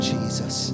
Jesus